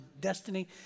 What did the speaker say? destiny